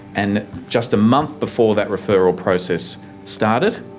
and just a month before that referral process started,